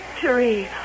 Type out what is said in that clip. victory